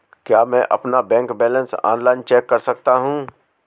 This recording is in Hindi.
क्या मैं अपना बैंक बैलेंस ऑनलाइन चेक कर सकता हूँ?